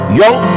young